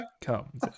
come